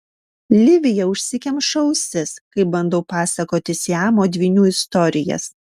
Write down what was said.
livija užsikemša ausis kai bandau pasakoti siamo dvynių istorijas